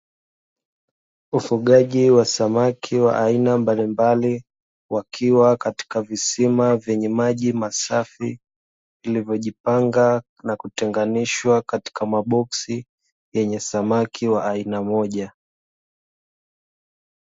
Ufugaji wa samaki wa aina mbalimbali, wakiwa katika visima vyenye maji masafi vilivyojipanga na kutenganishwa katika maboksi yenye samaki wa aina moja.